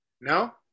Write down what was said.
no